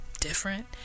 different